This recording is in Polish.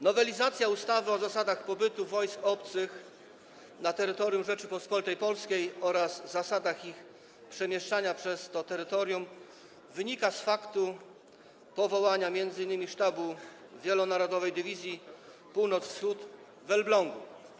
Nowelizacja ustawy o zasadach pobytu wojsk obcych na terytorium Rzeczypospolitej Polskiej oraz zasadach ich przemieszczania się przez to terytorium wynika z faktu powołania m.in. sztabu Wielonarodowej Dywizji Północ-Wschód w Elblągu.